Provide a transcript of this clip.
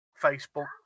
Facebook